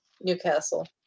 Newcastle